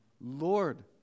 Lord